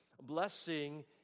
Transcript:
Blessing